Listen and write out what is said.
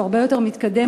שהוא הרבה יותר מתקדם,